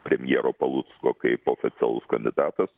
premjero palucko kaip oficialus kandidatas